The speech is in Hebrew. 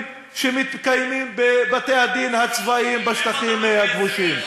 שמתקיימים בבתי-הדין הצבאיים בשטחים הכבושים.